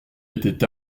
étaient